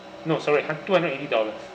no sorry I can't two hundred and eighty dollars